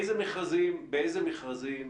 באיזה מכרזים